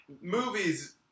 Movies